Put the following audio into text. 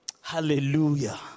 Hallelujah